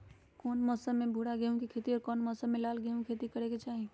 कौन मौसम में भूरा गेहूं के खेती और कौन मौसम मे लाल गेंहू के खेती करे के चाहि?